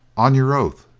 on your oath,